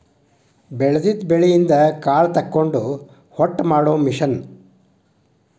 ಬೆಳದಿದ ಬೆಳಿಯಿಂದ ಕಾಳ ತಕ್ಕೊಂಡ ಹೊಟ್ಟ ಮಾಡು ಮಿಷನ್